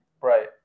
Right